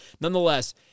nonetheless